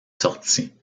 sorti